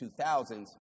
2000s